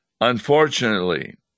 Unfortunately